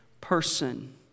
person